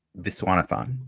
Viswanathan